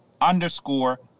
underscore